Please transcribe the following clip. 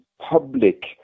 public